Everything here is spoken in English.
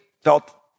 felt